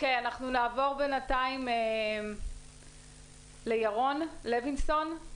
אנחנו נעבור בינתיים לירון לוינסון,